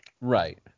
Right